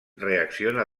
reacciona